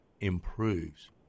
improves